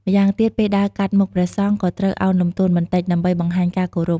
ម្យ៉ាងទៀត ពេលដើរឆ្លងកាត់មុខព្រះសង្ឃ ក៏ត្រូវឱនលំទោនបន្តិច ដើម្បីបង្ហាញការគោរព។